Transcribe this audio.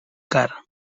car